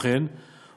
כמו כן,